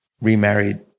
remarried